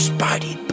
Spidey